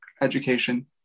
education